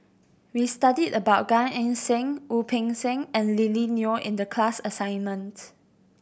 we studied about Gan Eng Seng Wu Peng Seng and Lily Neo in the class assignment